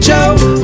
Joe